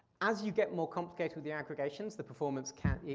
as you get more complicated with the aggregations, the performance can,